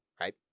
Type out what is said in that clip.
right